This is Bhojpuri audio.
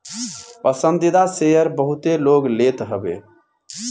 पसंदीदा शेयर बहुते लोग लेत हवे